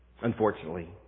Unfortunately